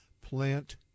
plant